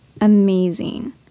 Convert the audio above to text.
amazing